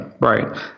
Right